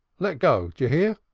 let go, d'you hear?